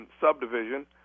subdivision